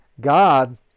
God